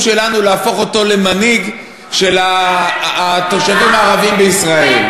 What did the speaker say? שלנו להפוך אותו למנהיג של התושבים הערבים בישראל.